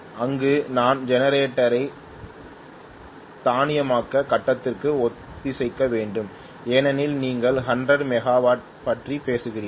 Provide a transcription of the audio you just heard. அங்கு நான் ஜெனரேட்டரை தானியக்கமாக கட்டத்திற்கு ஒத்திசைக்க வேண்டும் ஏனெனில் நீங்கள் 100 மெகாவாட் பற்றி பேசுகிறீர்கள்